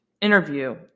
interview